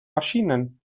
maschinen